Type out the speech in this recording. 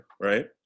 right